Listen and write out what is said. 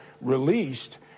released